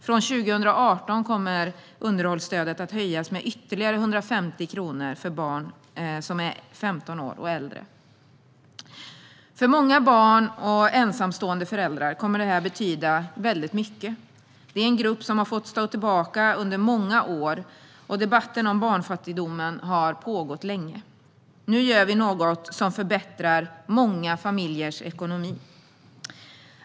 Från 2018 kommer underhållsstödet att höjas med ytterligare 150 kronor för barn som är 15 år eller äldre. För många barn och ensamstående föräldrar kommer det här att betyda mycket. Det är en grupp som har fått stå tillbaka under många år, och debatten om barnfattigdomen har pågått länge. Nu gör vi något som förbättrar många familjers ekonomi.